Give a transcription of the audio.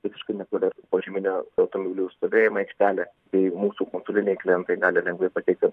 visiškai netoli požeminė automobilių stovėjimo aikštelė tai mūsų nuotoliniai klientai gali lengvai patekti